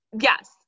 yes